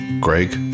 Greg